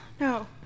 No